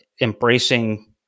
embracing